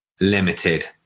limited